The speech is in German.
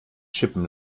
chippen